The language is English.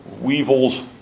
weevils